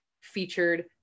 featured